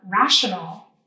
rational